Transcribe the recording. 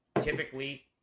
typically